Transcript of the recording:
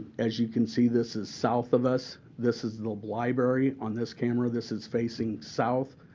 as you can see, this is south of us. this is the library on this camera. this is facing south.